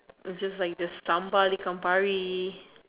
it's just like the sambal ikan pari